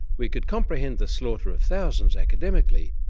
we could comprehend the slaughter of thousands academically,